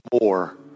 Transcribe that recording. more